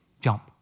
Jump